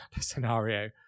scenario